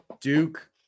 Duke –